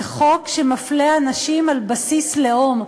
זה חוק שמפלה אנשים על בסיס לאום,